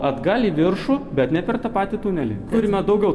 atgal į viršų bet ne per tą patį tunelį turime daugiau